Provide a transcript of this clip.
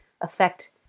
affect